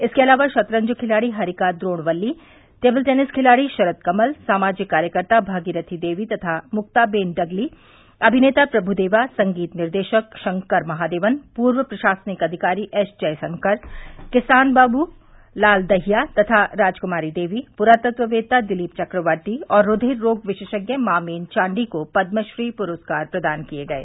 इसके अलावा शतरंज खिलाड़ी हरिका द्रोणवल्ली टेबल टेनिस खिलाड़ी शरत कमल सामाजिक कार्यकर्ता भगीरथी देवी तथा मुक्ताबेन डगली अभिनेता प्रभुदेवा संगीत निर्देशक शंकर महादेवन पूर्व प्रशासनिक अधिकारी एस जयशंकर किसान बाबू लाल दहिया तथा राजकुमारी देवी पुरातत्ववेत्ता दिलीप चकवर्ती और रूधिर रोग विशेषज्ञ मामेन चांडी को पद्मश्री पुरस्कार प्रदान किए गये